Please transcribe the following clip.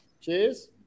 cheers